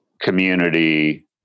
community